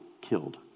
killed